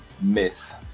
myth